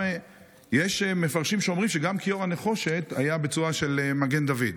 יש מפרשים שאומרים שגם כיור הנחושת היה בצורה של מגן דוד.